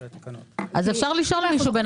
אפשר לשאול מישהו.